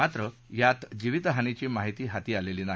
मात्र यात जीवितहानीची माहिती हाती आलेली नाही